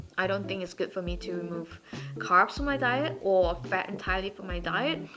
i don't think it's good for me to remove carbs from my diet, or fat entirely from my diet,